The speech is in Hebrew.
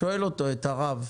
הוא שואל אותו, את הרב.